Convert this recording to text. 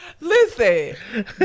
listen